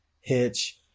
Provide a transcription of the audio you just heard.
hitch